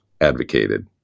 advocated